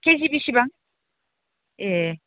केजि बेसेबां ए